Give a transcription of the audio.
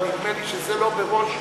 אבל נדמה לי שזה לא בראש מעיינינו.